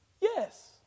Yes